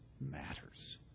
matters